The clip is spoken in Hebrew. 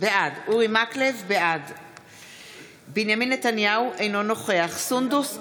בעד בנימין נתניהו, אינו נוכח סונדוס סאלח,